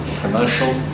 commercial